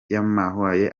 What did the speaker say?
yamuhaye